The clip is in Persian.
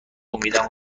امیدم